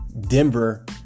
denver